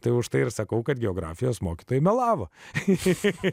tai užtai ir sakau kad geografijos mokytojai melavo che che che che